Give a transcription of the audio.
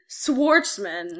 Swartzman